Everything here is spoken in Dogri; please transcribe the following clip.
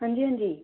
हां जी हां जी